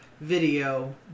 video